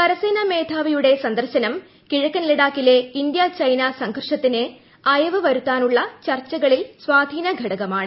കരസേനാ മേധാവിയുടെ സന്ദർശനം കിഴക്കൻ ലഡാക്കിലെ ഇന്ത്യ ചൈന സംഘർഷത്തിന് അയവ് വരുത്താനുള്ള ചർച്ചകളിൽ സ്വാധീന ഘടകമാണ്